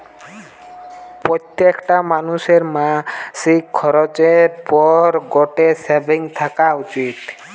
প্রত্যেকটা মানুষের মাসিক খরচের পর গটে সেভিংস থাকা উচিত